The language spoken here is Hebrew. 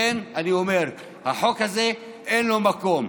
אני אומר שהחוק הזה, אין לו מקום.